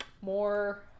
more